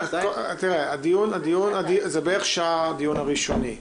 זה בערך שעה הדיון הראשוני,